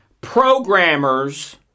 programmers